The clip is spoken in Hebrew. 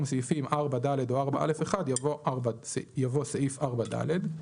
"סעיפים 4(ד) או 4א1" יבוא "סעיף 4(ד)".